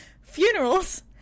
funerals